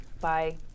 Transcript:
Bye